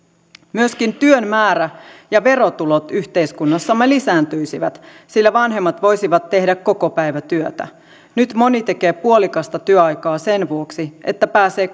myöskin työn määrä ja verotulot yhteiskunnassamme lisääntyisivät sillä vanhemmat voisivat tehdä kokopäivätyötä nyt moni tekee puolikasta työaikaa sen vuoksi että pääsee